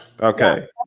Okay